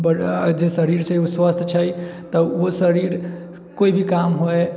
जे शरीर छै ओ स्वास्थ्य छै तऽ ओ शरीर कोइ भी काम होए